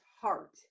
heart